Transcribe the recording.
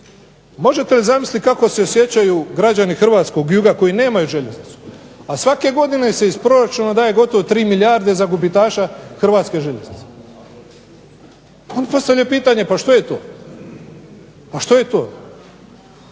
možete li zamisliti kako se osjećaju građani Hrvatskog juga koji nemaju željeznicu a svake godine se iz proračuna daje gotovo 3 milijarde za gubitaša Hrvatske željeznice. Postavljam pitanje, pa što je to? Kakav je to